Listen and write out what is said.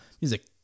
music